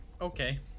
Okay